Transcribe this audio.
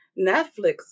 Netflix